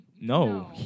No